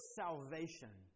salvation